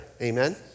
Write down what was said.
Amen